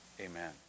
amen